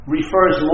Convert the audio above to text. refers